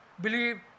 Believe